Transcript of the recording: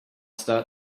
start